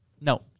No